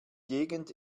gegend